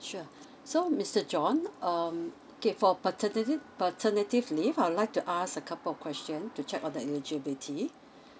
sure so mister john um okay for paterni~ paternity leave I would like to ask a couple of question to check on the eligibility